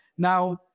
Now